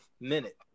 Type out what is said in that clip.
minute